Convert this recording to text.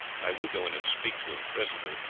i will go in and speak to him presently,